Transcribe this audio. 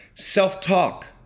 self-talk